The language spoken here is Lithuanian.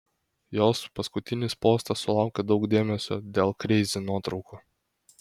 jos paskutinis postas sulaukė daug dėmesio dėl kreizi nuotraukų